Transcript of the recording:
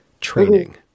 training